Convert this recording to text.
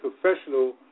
professional